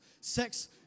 sex